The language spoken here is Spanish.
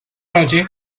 noche